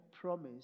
promise